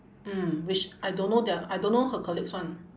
mm which I don't know their I don't know her colleagues [one]